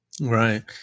Right